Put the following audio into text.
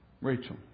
Rachel